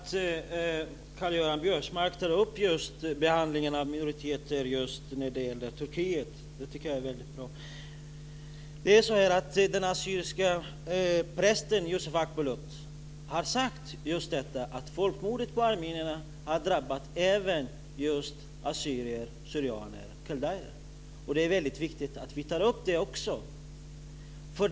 Fru talman! Det är väldigt bra att Karl-Göran Biörsmark tar upp behandlingen av minoriteter i Turkiet. Den assyriske prästen Yusuf Akbulut har sagt att detta folkmord på armenierna har drabbat även assyrier, syrianer och kaldéer. Det är väldigt viktigt att vi tar upp det också.